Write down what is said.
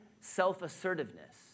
self-assertiveness